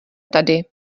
tady